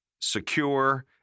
secure